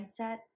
mindset